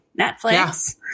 Netflix